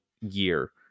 year